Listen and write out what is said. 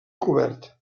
cobert